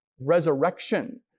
resurrection